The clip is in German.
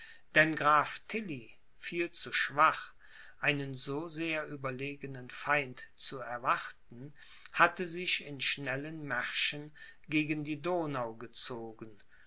denn graf tilly viel zu schwach einen so sehr überlegenen feind zu erwarten hatte sich in schnellen märschen gegen die donau gezogen